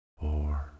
four